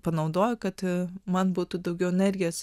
panaudojo kad man būtų daugiau energijos